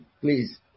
Please